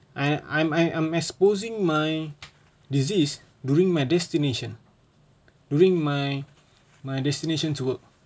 I I'm I am exposing my disease during my destination during my my destination to work